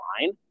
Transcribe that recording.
line